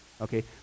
okay